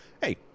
Hey